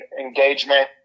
engagement